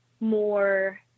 more